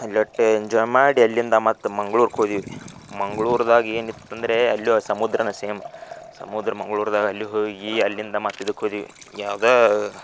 ಅಲ್ಲೆಟ್ enjoy ಮಾಡಿ ಅಲ್ಲಿಂದ ಮತ್ತೆ ಮಂಗ್ಳೂರ್ಕ ಹೋದಿವಿ ಮಂಗ್ಳೂರ್ದಾಗ ಏನಿತ್ತಂದರೆ ಅಲ್ಲು ಸಮುದ್ರನೆ ಸೇಮ್ ಸಮುದ್ರ ಮಂಗ್ಲೂರ್ದಾಗ ಅಲ್ಲಿ ಹೋಗಿ ಅಲ್ಲಿಂದ ಮತ್ತೆ ಇದಕ್ಕೆ ಹೋದಿವಿ ಯಾವ್ದಾ